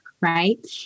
right